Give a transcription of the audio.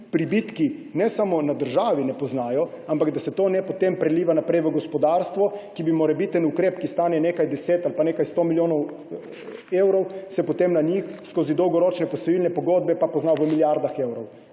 pribitki ne samo na državi ne poznajo, ampak tudi da se to potem ne preliva naprej v gospodarstvo, na katerem bi se morebiten ukrep, ki stane nekaj deset ali pa nekaj sto milijonov evrov, potem skozi dolgoročne posojilne pogodbe pa poznal v milijardah evrov.